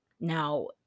Now